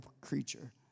creature